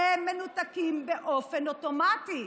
הם מנותקים באופן אוטומטי.